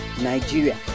Nigeria